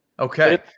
Okay